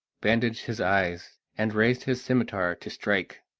bandaged his eyes, and raised his scimitar to strike.